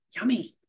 Yummy